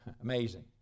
Amazing